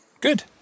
Good